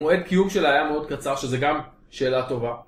מועד קיום שלה היה מאוד קצר, שזה גם שאלה טובה.